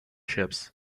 ships